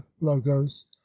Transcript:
logos